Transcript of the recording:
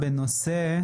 שלום לכולם.